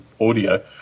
audio